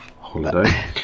Holiday